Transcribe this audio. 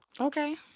Okay